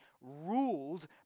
ruled